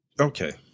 Okay